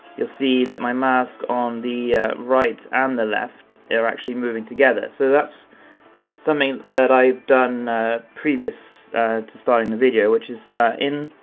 you'll see that my mask on the right and the left they're are actually moving together. so that's something that i've done previous to starting the video, which is in,